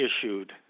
issued